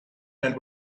and